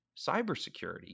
cybersecurity